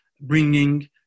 bringing